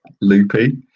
loopy